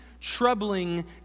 troubling